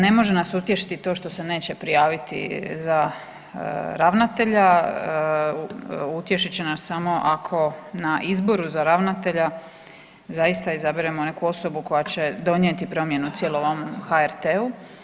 Ne može nas utješiti to što se neće prijaviti za ravnatelja, utješit će nas samo ako na izboru za ravnatelja zaista izaberemo neku osobu koja će donijeti promjenu cijelom ovom HRT-u.